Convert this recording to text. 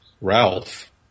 Ralph